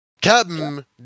Captain